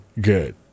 good